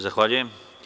Zahvaljujem.